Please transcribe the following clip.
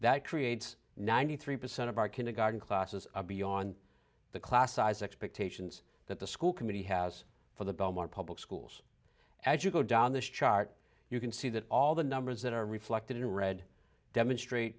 that creates ninety three percent of our kindergarten classes are beyond the class size expectations that the school committee has for the belmont public schools as you go down this chart you can see that all the numbers that are reflected in red demonstrate